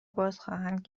بازخواهند